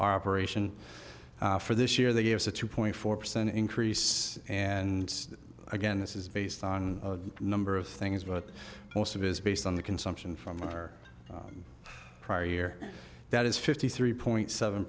operation for this year they gave us a two point four percent increase and again this is based on a number of things but most of is based on the consumption from our prior year that is fifty three point seven